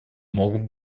могут